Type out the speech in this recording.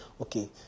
okay